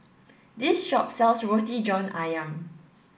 this shop sells Roti John Ayam